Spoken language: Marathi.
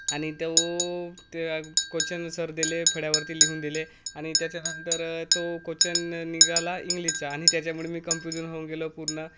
आणि तव त्या क्वचन सर दिले फळ्यावरती लिहून दिले आणि त्याच्यानंतर तो क्वचन निघाला इंग्लिचा आणि त्याच्यामुळे मी कम्फ्युजन होऊन गेलो पूर्ण